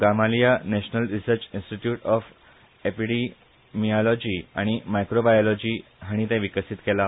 Gamaleya National Research Institute of Epidemiology आनी Microbiology हाणी ते विकसित केला